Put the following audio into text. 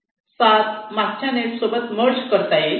7 मागच्या नेट सोबत मर्ज करता येईल